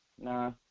nah